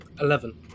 eleven